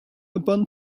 upon